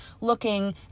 looking